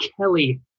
Kelly